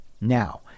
Now